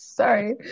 Sorry